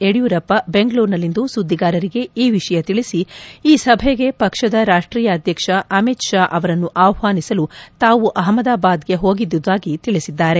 ಯಡಿಯೂರಪ್ಪ ಬೆಂಗಳೂರಿನಲ್ಲಿಂದು ಸುದ್ದಿಗಾರರಿಗೆ ಈ ವಿಷಯ ತಿಳಿಸಿ ಈ ಸಭೆಗೆ ಪಕ್ಷದ ರಾಷ್ಟೀಯ ಅಧ್ಯಕ್ಷ ಅಮಿತ್ ಷಾ ಅವರನ್ನು ಆಹ್ವಾನಿಸಲು ತಾವು ಅಹಮದಾಬಾದ್ಗೆ ಹೋಗಿದ್ದುದಾಗಿ ತಿಳಿಸಿದರು